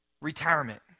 Retirement